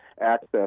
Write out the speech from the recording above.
access